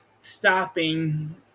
stopping